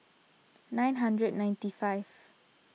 nine hundred ninety five